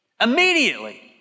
Immediately